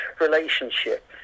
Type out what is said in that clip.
relationship